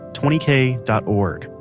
twenty k dot org.